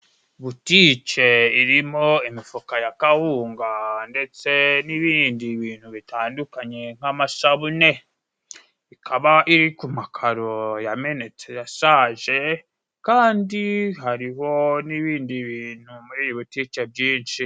Butike irimo imifuka ya kawunga ndetse n'ibindi bintu bitandukanye nk'amasabune. Ikaba iri ku makaro yamenetse, yasaje, kandi hariho n'ibindi bintu muri iyi butike byinshi.